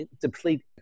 deplete